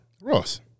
Ross